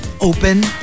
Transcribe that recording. open